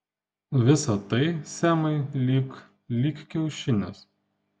visa tai semai lyg lyg kiaušinis